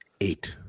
Eight